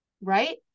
right